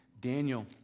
Daniel